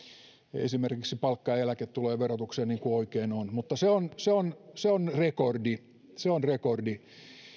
esimerkiksi palkka ja eläketulojen verotukseen niin kuin oikein on mutta se on se on rekordi se on rekordi